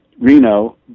Reno